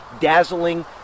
dazzling